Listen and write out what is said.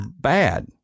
bad